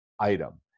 item